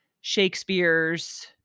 Shakespeare's